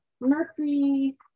Mercury